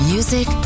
Music